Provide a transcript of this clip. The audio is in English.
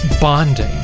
bonding